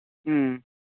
ꯎꯝ